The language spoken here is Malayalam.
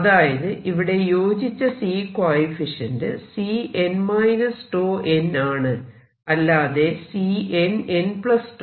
അതായത് ഇവിടെ യോജിച്ച C കോയെഫിഷ്യന്റ് Cn τn ആണ് അല്ലാതെ Cnnτ